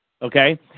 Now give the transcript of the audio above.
Okay